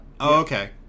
okay